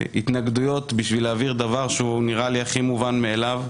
התנגדויות בשביל להעביר דבר שנראה לי הכי מובן מאליו,